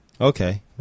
okay